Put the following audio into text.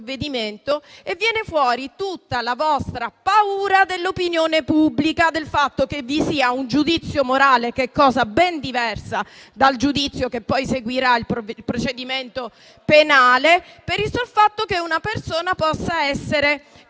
provvedimento e viene fuori tutta la vostra paura dell'opinione pubblica, del fatto che vi sia un giudizio morale, che è ben diverso dal giudizio che poi seguirà il procedimento penale, per il solo fatto che una persona possa essere